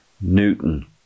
Newton